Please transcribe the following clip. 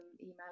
email